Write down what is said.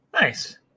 Nice